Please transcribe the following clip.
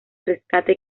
rescate